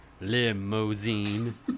limousine